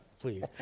Please